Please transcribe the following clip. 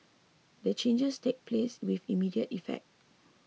the changes take place with immediate effect